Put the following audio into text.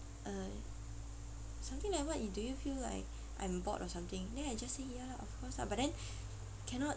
um something like what do you feel like I'm bored or something then I just say ya lah of course ah but then cannot